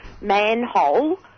manhole